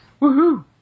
Woohoo